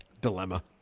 dilemma